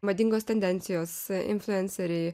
madingos tendencijos influenceriai